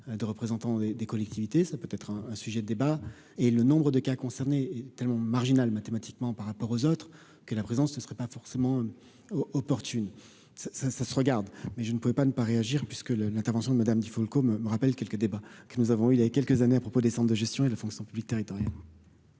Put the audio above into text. de représentants des des collectivités, ça peut être un sujet de débat et le nombre de cas concernés tellement marginal mathématiquement par rapport aux autres que la présence ne serait pas forcément opportune, ça ça ça se regarde, mais je ne pouvais pas ne pas réagir puisque le l'intervention de madame Di Folco me me rappelle quelques débats que nous avons, il a quelques années, à propos des cendres de gestion et la fonction publique territoriale.